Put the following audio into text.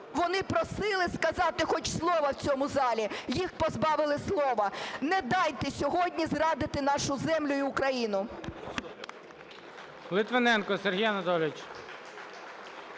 вони просили сказати хоч слово в цьому залі, їх позбавили слова. Не дайте сьогодні зрадити нашу землю і Україну!